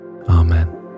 Amen